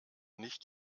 nicht